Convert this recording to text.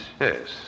Yes